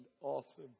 Awesome